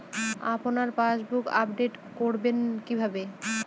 আপনার passbook update করবেন কিভাবে?